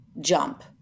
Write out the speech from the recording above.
jump